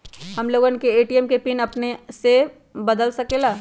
हम लोगन ए.टी.एम के पिन अपने से बदल सकेला?